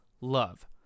love